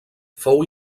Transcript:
fou